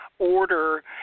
Order